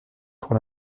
pour